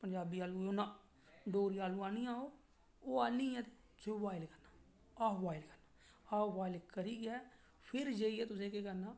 पंजाबी आलू ओह् नां डोगरी आलू आहन्नियै ओह् आह्न्नियै उसी बूआइल करना हाफ बूआइल करना हाफ बैआइल करियै फिर जेइयै तुसें ंकेह् करना